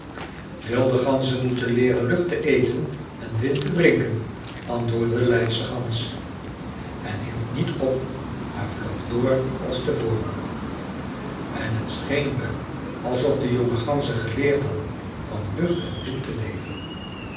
wilde ganzen moeten leeren lucht te eten en wind te drinken antwoordde de leidstergans en hield niet op maar vloog door als te voren en t scheen wel alsof de jonge ganzen geleerd hadden van lucht en wind te leven